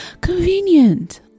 Convenient